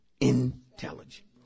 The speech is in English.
intelligent